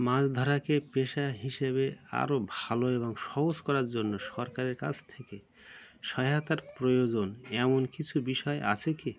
মাছ ধরাকে পেশা হিসেবে আরও ভালো এবং সহজ করার জন্য সরকারের কাছ থেকে সহায়তার প্রয়োজন এমন কিছু বিষয় আছে কি